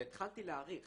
והתחלתי להעריך